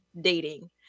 dating